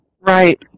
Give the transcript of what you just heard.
Right